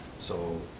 so,